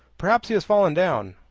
perhaps he has fallen down.